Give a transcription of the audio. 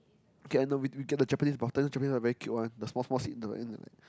okay I know we get the Japanese bath tub the Japanese very cute one the small small seat the and then like